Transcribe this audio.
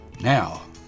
Now